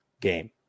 game